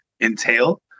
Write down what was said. entail